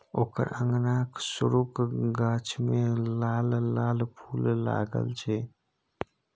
ओकर अंगनाक सुरू क गाछ मे लाल लाल फूल लागल छै